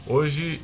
Hoje